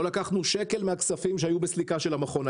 לא לקחנו שקל מן הכספים שהיו בסליקה של המכון.